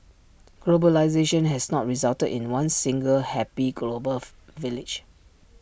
globalisation has not resulted in one single happy global of village